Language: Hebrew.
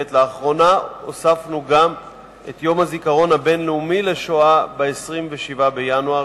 לאחרונה הוספנו גם את יום הזיכרון הבין-לאומי לשואה ב-27 בינואר,